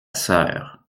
sœur